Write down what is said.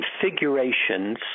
configurations